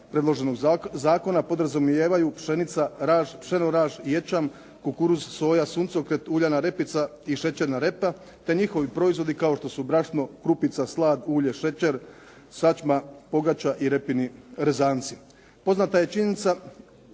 predloženog zakona podrazumijevaju pšenica, raž, pšenoraž, ječam, kukuruz, soja, suncokret, uljana repica i šećerna repa, te njihovi proizvodi kao što su brašno, krupica, slad, ulje, šećer, sačma, pogača i repini rezanci. Poznata je činjenica